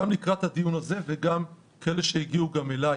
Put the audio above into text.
גם לקראת הדיון הזה וגם עם כאלה שהגיעו אליי,